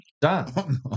Done